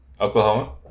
Oklahoma